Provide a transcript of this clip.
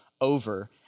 over